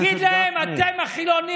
צריך להגיד להם: אתם, החילונים.